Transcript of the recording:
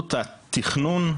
עלות התכנון,